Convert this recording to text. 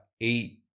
eight